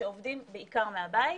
שעובדים בעיקר מהבית,